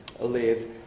live